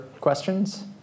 questions